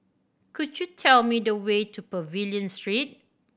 could you tell me the way to Pavilion Street